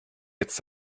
jetzt